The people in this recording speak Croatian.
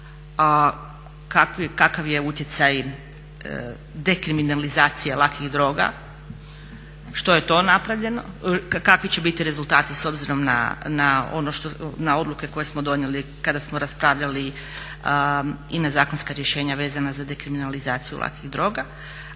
kakav je utjecaj dekriminalizacije lakih droga, što je to napravljeno, kakvi će biti rezultati s obzirom na odluke koje smo donijeli kada smo raspravljali i na zakonska rješenja vezana za dekriminalizaciju lakih droga.